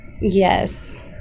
Yes